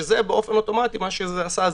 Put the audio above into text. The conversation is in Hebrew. שבאופן אוטומטי מה שזה עשה,